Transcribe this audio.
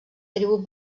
tribu